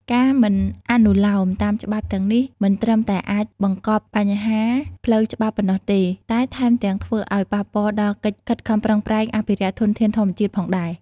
ការមិនអនុលោមតាមច្បាប់ទាំងនេះ មិនត្រឹមតែអាចបង្កប់ញ្ហាផ្លូវច្បាប់ប៉ុណ្ណោះទេ តែថែមទាំងធ្វើឲ្យប៉ះពាល់ដល់កិច្ចខិតខំប្រឹងប្រែងអភិរក្សធនធានធម្មជាតិផងដែរ។